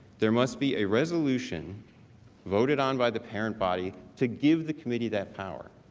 there must be a resolution voted on by the parent body to give the community that power.